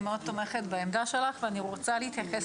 אני מאוד תומכת בעמדה שלך ואני רוצה להתייחס